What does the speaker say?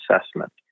assessment